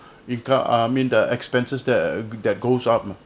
incur uh I mean the expenses that uh that goes up ah